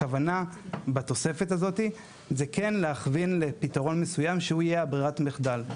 הכוונה בתוספת הזאת זה כן להכווין לפתרון מסוים שהוא יהיה ברירת המחדל.